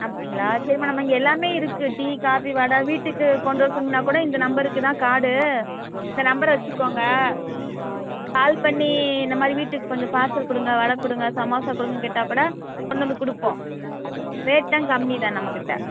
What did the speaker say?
அப்படிங்களா சரிம்மா நம்ம இங்கே எல்லாமே இருக்குது டீ காபி வடை வீட்டுக்கு கொண்டுவர சொன்னீங்கன்னால் கூட இந்த நம்பருக்கு இதுதான் கார்டு இந்த நம்பரை வச்சுக்கோங்க கால் பண்ணி இந்தமாதிரி வீட்டுக்கு கொஞ்சம் பார்சல் கொடுங்க வடை கொடுங்க சமோசா கொடுங்கனு கேட்டால்க்கூட கொண்டுவந்து கொடுப்போம் ரேட்டுமெலாம் கம்மிதான் நம்மகிட்டே